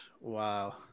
Wow